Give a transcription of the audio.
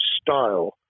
style